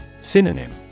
Synonym